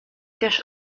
też